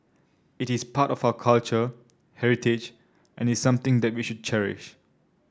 it is part of our culture heritage and is something that we should cherish